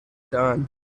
done